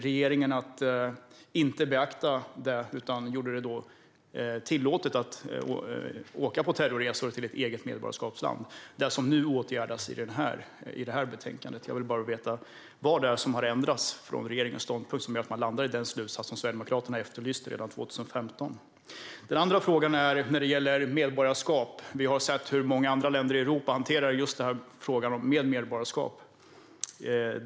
Regeringen valde att inte beakta det då utan gjorde det tillåtet att åka på terrorresor till det egna medborgarskapslandet - det som nu åtgärdas i detta betänkande. Jag vill bara veta vad det är som har ändrats i regeringens ståndpunkt och gör att man landar i den slutsats Sverigedemokraterna efterlyste redan 2015. Den andra frågan gäller medborgarskap. Vi har sett hur många andra länder i Europa hanterar just frågan om medborgarskap.